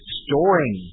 storing